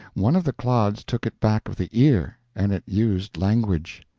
one of the clods took it back of the ear, and it used language.